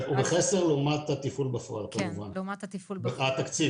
הוא בחסר לעומת התפעול בפועל כמובן, מבחינת תקציב.